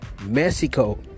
Mexico